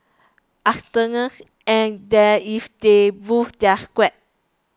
arsenals and that's if they boost their squad